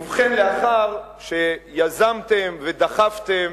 ובכן, לאחר שיזמתם ודחפתם